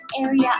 area